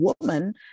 woman